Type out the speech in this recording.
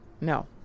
No